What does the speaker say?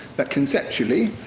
but conceptually,